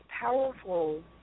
powerful